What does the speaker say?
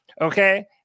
okay